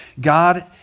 God